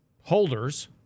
holders